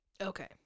Okay